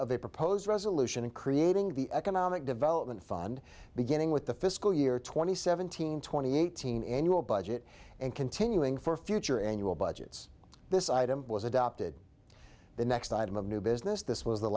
of a proposed resolution in creating the economic development fund beginning with the fiscal year twenty seventeen twenty eight hundred annual budget and continuing for future annual budgets this item was adopted the next item of new business this was the